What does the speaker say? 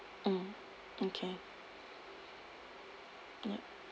mm okay ya